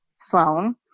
Sloan